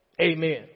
Amen